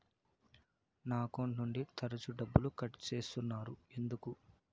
నా అకౌంట్ నుండి తరచు డబ్బుకు కట్ సేస్తున్నారు ఎందుకు